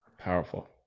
Powerful